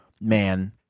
man